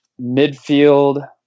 midfield